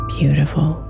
beautiful